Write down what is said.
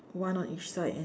one on each side and